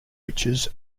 riches